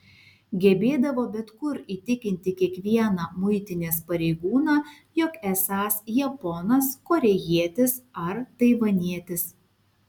gebėdavo bet kur įtikinti kiekvieną muitinės pareigūną jog esąs japonas korėjietis ar taivanietis